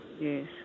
Yes